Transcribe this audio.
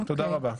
תודה רבה.